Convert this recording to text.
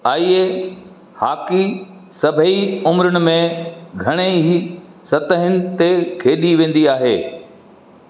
आइए हॉकी सभेई उमिरिनि में घणेई सतहनि ते खेॾी वेंदी आहे